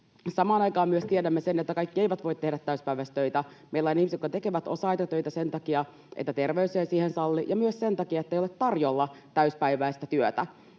Samaan aikaan tiedämme myös sen, että kaikki eivät voi tehdä täysipäiväisesti töitä. Meillä on ihmisiä, jotka tekevät osa-aikatöitä sen takia, että terveys ei muuta salli, ja myös sen takia, ettei ole tarjolla täysipäiväistä työtä.